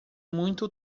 muito